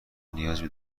نیازی